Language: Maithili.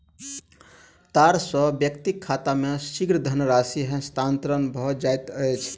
तार सॅ व्यक्तिक खाता मे शीघ्र धनराशि हस्तांतरण भ जाइत अछि